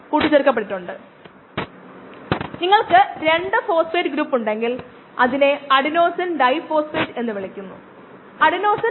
ഡിറ്റക്ടറിൽ എത്തുന്ന പ്രകാശത്തിന്റെ അളവ് ഒരു നിശ്ചിത നിലവാരത്തിന് താഴെയാണെങ്കിൽ അല്ലെങ്കിൽ ചിതറിക്കിടക്കുന്ന പ്രകാശത്തിന്റെ അളവ് വളരെ ഉയർന്നതാണെങ്കിൽ ഡിറ്റക്ടർ സാച്ചുറേഷൻ സംഭവിക്കുന്നു അതും ഒരു പ്രശ്നമുണ്ട്